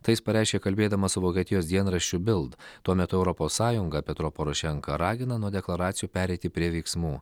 tai jis pareiškė kalbėdamas su vokietijos dienraščiu bild tuo metu europos sąjungą petro porošenka ragina nuo deklaracijų pereiti prie veiksmų